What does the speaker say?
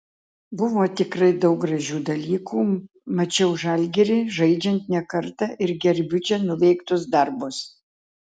buvo tikrai daug gražių dalykų mačiau žalgirį žaidžiant ne kartą ir gerbiu čia nuveiktus darbus